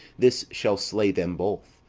this shall slay them both.